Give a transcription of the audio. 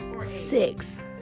six